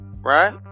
Right